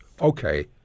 Okay